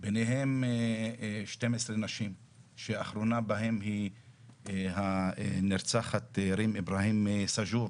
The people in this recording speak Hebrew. ביניהן 12 נשים שהאחרונה בהן היא הנרצחת רים אברהים מסאג'ור.